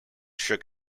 shook